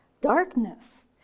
darkness